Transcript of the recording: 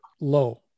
low